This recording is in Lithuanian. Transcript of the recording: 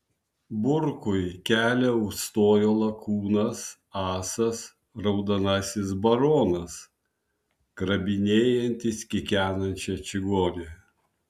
burkui kelią užstojo lakūnas asas raudonasis baronas grabinėjantis kikenančią čigonę